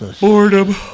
Boredom